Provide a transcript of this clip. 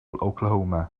oklahoma